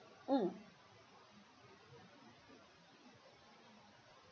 mm